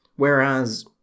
Whereas